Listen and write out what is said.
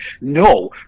no